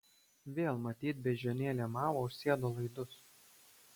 vėl matyt beždžionėlė mao užsėdo laidus